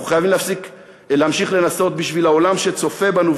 אנחנו חייבים להמשיך לנסות בשביל העולם שצופה בנו,